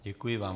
Děkuji vám.